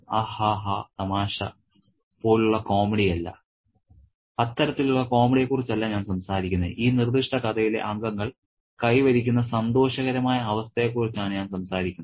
'ഹാഹാഹാ തമാശ' പോലെ ഉള്ള കോമഡി അല്ല അത്തരത്തിലുള്ള കോമഡിയെ കുറിച്ചല്ല ഞാൻ സംസാരിക്കുന്നത് ഈ നിർദ്ദിഷ്ട കഥയിലെ അംഗങ്ങൾ കൈവരിക്കുന്ന സന്തോഷകരമായ അവസ്ഥയെക്കുറിച്ചാണ് ഞാൻ സംസാരിക്കുന്നത്